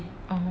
oo